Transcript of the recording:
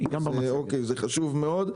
אוקיי, זה חשוב מאוד.